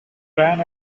bryan